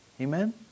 Amen